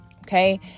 Okay